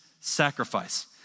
sacrifice